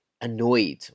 annoyed